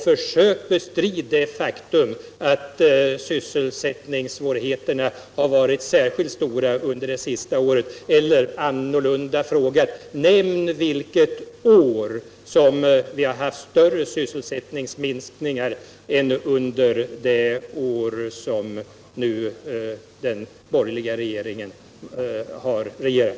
Försök bestrida det faktum att sysselsättningssvårigheterna har varit särskilt stora under det senaste året! Eller nämn vilket år vi har haft större sysselsättningsminskningar än under det år som den borgerliga regeringen har verkat!